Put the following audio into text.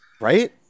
Right